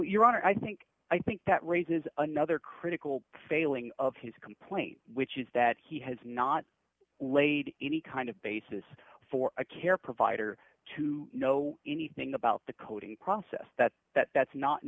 honor i think i think that raises another critical failing of his complaint which is that he has not laid any kind of basis for a care provider to know anything about the coding process that that's not an